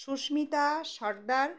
Susmita Sardar